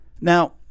Now